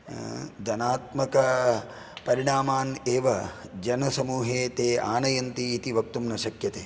धनात्मकपरिणामान् एव जनसमूहे ते आनयन्ति इति वक्तुं न शक्यते